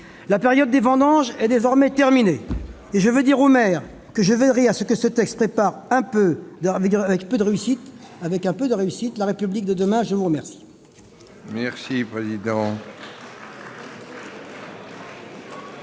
la période des vendanges est désormais terminée. Je veux dire aux maires que je veillerai à ce que ce texte prépare, avec un peu de réussite, la République de demain. Monsieur le